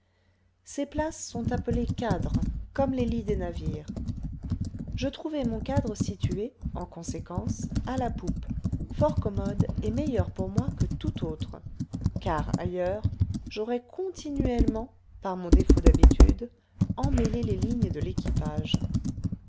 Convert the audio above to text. ces places sont appelées cadres comme les lits des navires je trouvai mon cadre situé en conséquence à la poupe fort commode et meilleur pour moi que tout autre car ailleurs j'aurais continuellement par mon défaut d'habitude emmêlé les lignes de l'équipage